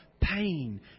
pain